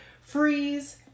Freeze